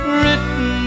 written